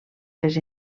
les